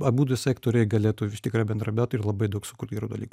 abudu sektoriai galėtų tikrai bendradarbiaut ir labai daug sukurt gerų dalykų